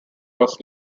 was